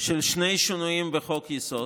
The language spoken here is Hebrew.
של שני שינויים בחוק-יסוד,